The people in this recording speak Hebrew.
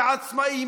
אם זה עצמאים,